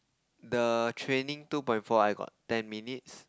the training two point four I got ten minutes